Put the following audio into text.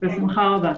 בשמחה רבה.